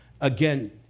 Again